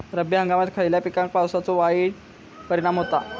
रब्बी हंगामात खयल्या पिकार पावसाचो वाईट परिणाम होता?